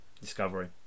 Discovery